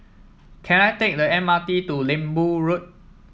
can I take the M R T to Lembu Road